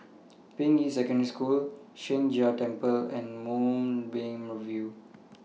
Ping Yi Secondary School Sheng Jia Temple and Moonbeam View